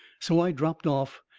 so i dropped off,